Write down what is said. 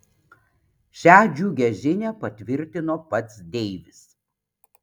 šią džiugią žinią patvirtino pats deivis